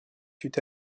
fut